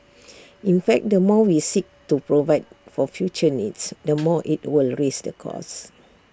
in fact the more we seek to provide for future needs the more IT will raise the cost